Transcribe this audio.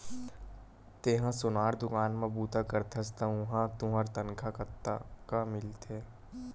तेंहा सोनार दुकान म बूता करथस त उहां तुंहर तनखा कतका मिलथे?